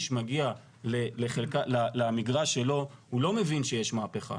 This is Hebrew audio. מגיע למגרש שלו הוא לא מבין שיש מהפכה,